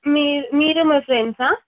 మీ మీరు మీ ఫ్రెండ్సా